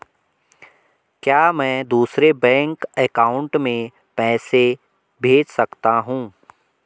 क्या मैं दूसरे बैंक अकाउंट में पैसे भेज सकता हूँ?